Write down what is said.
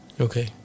Okay